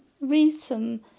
reason